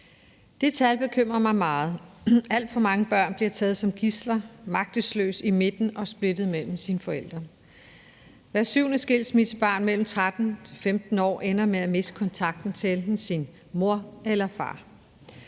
Det tal bekymrer mig meget. Alt for mange børn bliver taget som gidsler og står magtesløse i midten splittet mellem deres forældre. Hvert syvende skilsmissebarn mellem 13 og 15 år ender med at miste kontakten til enten sin mor eller far,